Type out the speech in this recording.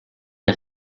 der